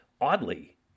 oddly